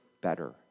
better